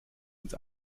uns